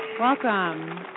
Welcome